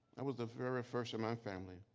i was the very first in my family.